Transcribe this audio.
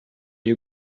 you